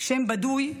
שם בדוי,